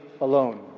alone